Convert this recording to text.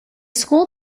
school